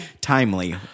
timely